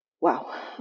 Wow